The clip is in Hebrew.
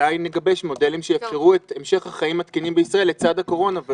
אולי נגבש מודלים שיאפשרו את המשך החיים התקינים בישראל לצד הקורונה,